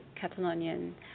Catalonian